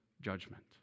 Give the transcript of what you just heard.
judgment